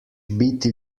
biti